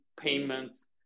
payments